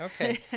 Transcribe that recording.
Okay